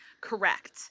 Correct